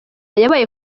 yabaye